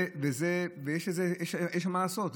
יש מה לעשות,